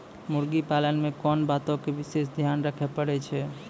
मुर्गी पालन मे कोंन बातो के विशेष ध्यान रखे पड़ै छै?